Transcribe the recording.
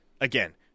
again